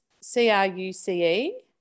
C-R-U-C-E